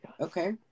Okay